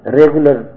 regular